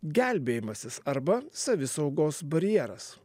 gelbėjimasis arba savisaugos barjeras